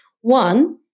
One